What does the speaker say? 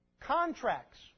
Contracts